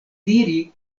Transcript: diri